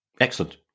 Excellent